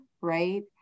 right